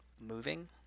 moving